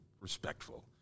respectful